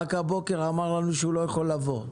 רק הבוקר הוא אמר לנו שהוא לא יכול לבוא.